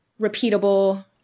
Repeatable